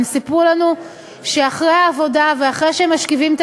הם סיפרו לנו שאחרי העבודה ואחרי שהם משכיבים את